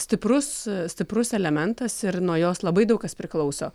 stiprus stiprus elementas ir nuo jos labai daug kas priklauso